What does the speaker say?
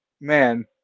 man